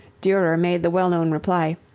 durer made the well known reply,